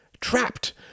trapped